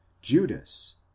Judas